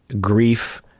grief